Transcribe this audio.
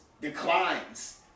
Declines